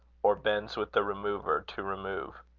or bends with the remover to remove.